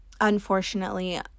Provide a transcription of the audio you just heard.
unfortunately